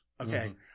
okay